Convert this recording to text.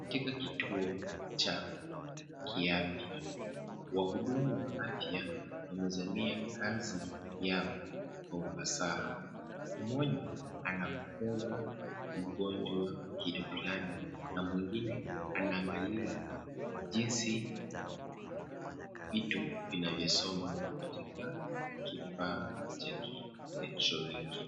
Katika kituo cha kiafya. Wahudumu wa afya wamezamia kazi yao kwa ufasaha . Mmoja anafunga mgonjwa kitu flani na mwengine anaangalia jinsi vitu vinavyosoma katika kifaa cha kielektroniki.